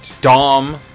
dom